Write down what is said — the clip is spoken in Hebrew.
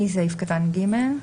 מסעיף קטן (ג).